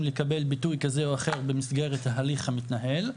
לקבל ביטוי כזה או אחר במסגרת ההליך המתנהל,